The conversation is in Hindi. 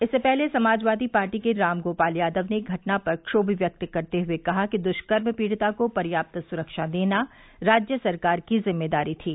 इससे पहले समाजवादी पार्टी के राम गोपाल यादव ने घटना पर क्षोम व्यक्त करते हुए कहा कि दुष्कर्म पीड़िता को पर्याप्त सुरक्षा देना राज्य सरकार की जिम्मेदारी थी